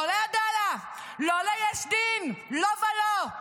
לא לעדאלה, לא ליש דין, לא ולא,